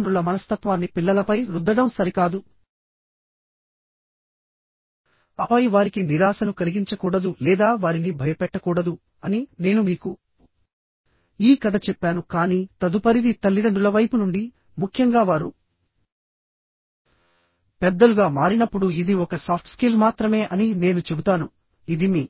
తల్లిదండ్రుల మనస్తత్వాన్ని పిల్లలపై రుద్దడం సరికాదుఆపై వారికి నిరాశను కలిగించకూడదు లేదా వారిని భయపెట్టకూడదు అని నేను మీకు ఈ కథ చెప్పాను కానీ తదుపరిది తల్లిదండ్రుల వైపు నుండి ముఖ్యంగా వారు పెద్దలుగా మారినప్పుడు ఇది ఒక సాఫ్ట్ స్కిల్ మాత్రమే అని నేను చెబుతాను ఇది మీ